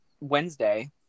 Wednesday